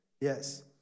Yes